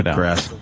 grass